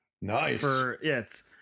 Nice